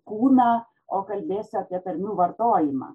kūną o kalbėsiu apie tarmių vartojimą